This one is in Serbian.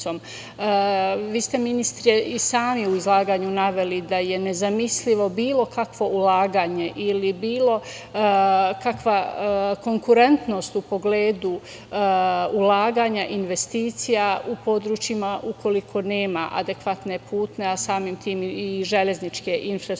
ste ministre i sami u izlaganju naveli da je nezamislivo bilo kakvo ulaganje ili bilo kakva konkurentnost u pogledu ulaganja investicija u područjima ukoliko nema adekvatne putne, a samim tim i železničke infrastrukture.